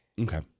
Okay